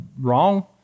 wrong